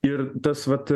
ir tas vat